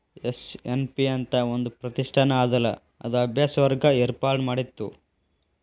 SNP ಅಂತ್ ಒಂದ್ ಪ್ರತಿಷ್ಠಾನ ಅದಲಾ ಅದು ಅಭ್ಯಾಸ ವರ್ಗ ಏರ್ಪಾಡ್ಮಾಡಿತ್ತು